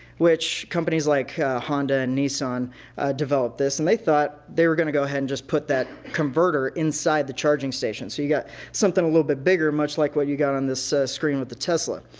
which companies like honda and nissan developed this, and they thought they were going to go ahead and just put that converter inside the charging station. so you got something a little bit bigger much like what you got on this screen with the tesla.